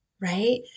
right